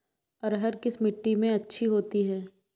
अरहर किस मिट्टी में अच्छी होती है?